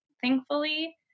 thankfully